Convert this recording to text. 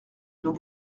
nous